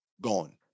gone